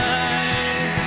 eyes